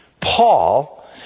Paul